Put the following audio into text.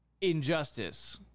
injustice